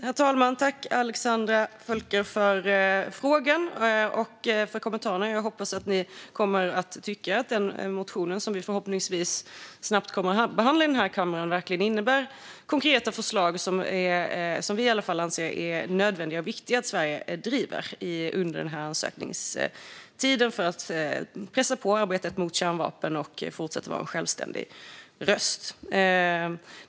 Herr talman! Tack, Alexandra Völker, för frågan och kommentaren! Jag hoppas att ni kommer att tycka att den motion som vi förhoppningsvis snabbt kommer att behandla här i kammaren verkligen innebär konkreta förslag som i alla fall vi anser är nödvändiga och viktiga för Sverige att driva under ansökningstiden för att pressa på arbetet mot kärnvapen och fortsätta att vara en självständig röst.